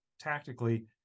tactically